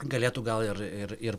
galėtų gal ir ir ir